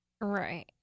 Right